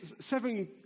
seven